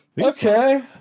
Okay